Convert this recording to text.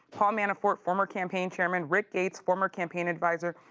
paul manafort, former campaign chairman, rick gates, former campaign adviser,